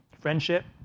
friendship